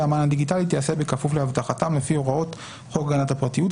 המען הדיגיטלי תיעשה בכפוף לאבטחתם לפי הוראות חוק הגנת הפרטיות'.